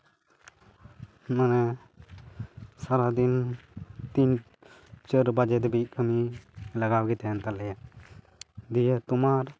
ᱢᱟᱱᱮ ᱥᱟᱨᱟᱫᱤᱱ ᱛᱤᱱ ᱪᱟᱹᱨ ᱵᱟᱡᱮ ᱫᱷᱟᱵᱤᱡ ᱠᱟᱹᱢᱤ ᱞᱟᱜᱟᱣ ᱜᱮ ᱛᱟᱦᱮᱱ ᱛᱟᱞᱮᱭᱟ ᱫᱤᱭᱮ ᱛᱩᱢᱟᱨ